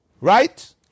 Right